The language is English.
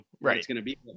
right